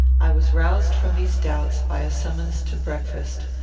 i was roused from these doubts by a summons to breakfast,